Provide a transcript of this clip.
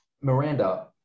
Miranda